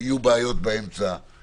יהיו בעיות באמצע,